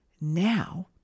Now